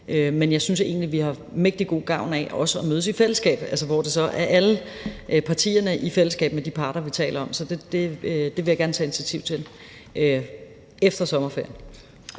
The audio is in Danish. Men jeg synes egentlig, vi har mægtig god gavn af også at mødes i fællesskab, altså hvor det så er alle partierne, der mødes i fællesskab med de parter, vi taler om. Så det vil jeg gerne tage initiativ til efter sommerferien.